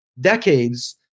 decades